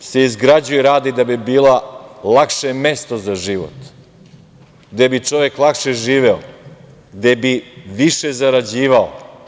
Da Srbija se izgrađuje, radi da bi bila lakše mesto za život, gde bi čovek lakše živeo, gde bi više zarađivao.